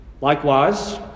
Likewise